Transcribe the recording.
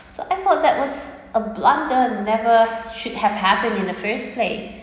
so I thought that was a blunder never should have happened in the first place